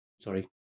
Sorry